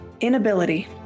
Inability